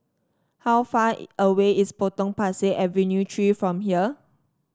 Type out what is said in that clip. how far away is Potong Pasir Avenue Three from here